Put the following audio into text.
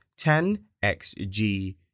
10xg